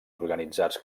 organitzats